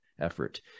effort